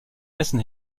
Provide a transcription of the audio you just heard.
essen